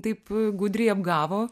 taip gudriai apgavo